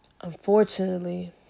Unfortunately